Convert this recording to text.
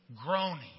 groaning